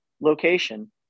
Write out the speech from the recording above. location